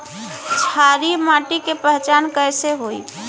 क्षारीय माटी के पहचान कैसे होई?